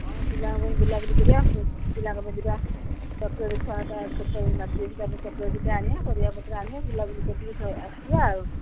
ହଁ ପିଲାଙ୍କ ପାଇଁ ବୁଲାବୁଲି କରିବା ପିଲାଙ୍କ ପାଇଁ ଦି'ଟା ଚକ୍ଲେଟ୍ ଛୁଆ'ଟା ଛୋଟ ନାତି ଅଛି ତା ପାଇଁ ଚକ୍ଲେଟ୍'ଟା ଆଣିବା ପରିବାପତ୍ର ଆଣିବା ବୁଲାବୁଲି କରିକି ଆସିବା ଆଉ